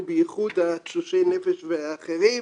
ובייחוד תשושי הנפש והאחרים,